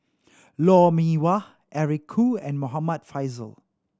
Lou Mee Wah Eric Khoo and Muhammad Faishal